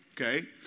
okay